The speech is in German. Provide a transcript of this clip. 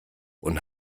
und